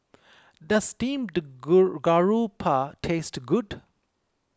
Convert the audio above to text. does Steamed Garoupa taste good